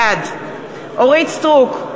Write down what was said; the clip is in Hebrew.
בעד אורית סטרוק,